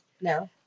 No